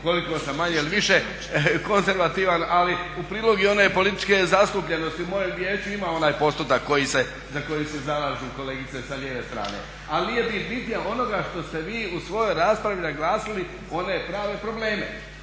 koliko sam manje ili više konzervativan, ali u prilog i one političke zastupljenosti u mojem vijeću ima onaj postotak za koji se zalažu kolegice sa lijeve strane. Ali nije bit, bit je onoga što ste vi u svojoj raspravi naglasili one prave probleme,